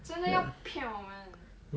真的要骗我们